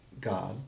God